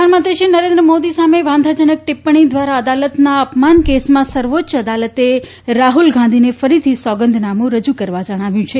પ્રધાનમંત્રીશ્રી નરેન્દ્ર મોદી સામે વાંધાજનક ટીપ્પણી દ્વારા અદાલતના અપમાન કેસમાં સર્વોચ્ચ અદાલતે રાહુલ ગાંધીને ફરીથી સોગંદનામું રજૂ કરવા જણાવ્યું છે